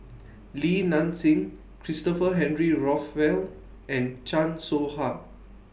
Li Nanxing Christopher Henry Rothwell and Chan Soh Ha